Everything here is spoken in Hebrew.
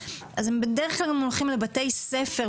אז בדרך כלל הם הולכים לבתי ספר,